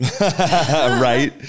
Right